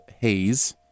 Haze